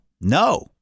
no